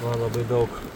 va labai daug